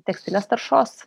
tekstilės taršos